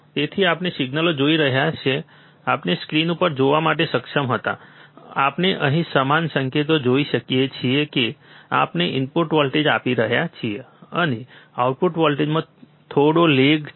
તેથી આપણે સિગ્નલો જોઈ શકીએ છીએ જે આપણે સ્ક્રીન ઉપર જોવા માટે સક્ષમ હતા આપણે અહીં સમાન સંકેત જોઈ શકીએ છીએ કે આપણે ઇનપુટ વોલ્ટેજ આપી રહ્યા છીએ અને આઉટપુટ વોલ્ટેજમાં થોડો લેગ છે